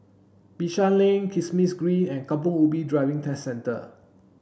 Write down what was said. Bishan Lane Kismis Green and Kampong Ubi Driving Test Centre